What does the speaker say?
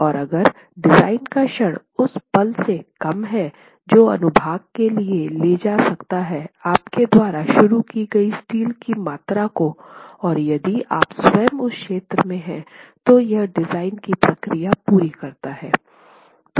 और अगर डिज़ाइन का क्षण उस पल से कम है जो अनुभाग के लिए ले जा सकता है आपके द्वारा शुरू की गई स्टील की मात्रा को और यदि आप स्वयं उस क्षेत्र में हैं तो यह डिज़ाइन की प्रक्रिया पूरी करता है